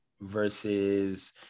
versus